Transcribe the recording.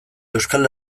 euskal